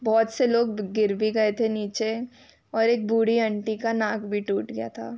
बहुत से लोग गिर भी गए थे नीचे और एक बूढ़ी आंटी का नाक भी टूट गया था